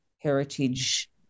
heritage